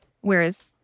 Whereas